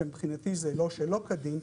שמבחינתי זה לא שלא כדין,